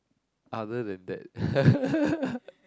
other than that